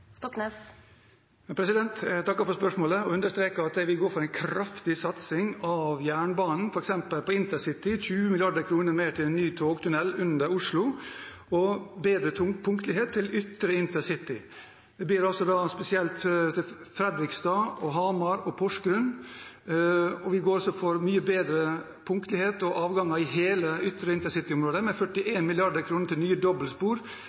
Jeg takker for spørsmålet og understreker at vi går for en kraftig satsing på jernbanen, f.eks. på intercity, med 20 mrd. kr mer til ny togtunnel under Oslo og bedre punktlighet til ytre intercity. Det blir da spesielt til Fredrikstad, Hamar og Porsgrunn. Vi går også for mye bedre punktlighet og avganger i hele ytre intercityområdet, med 41 mrd. kr til nye dobbeltspor